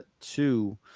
two